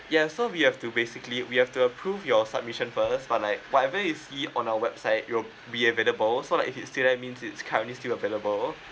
yes so we have to basically we have to approve your submission first but like whatever you see on our website it will be available so like if it still there means it's currently still available